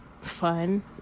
fun